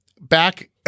back –